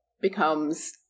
becomes